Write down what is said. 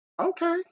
Okay